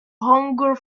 hunger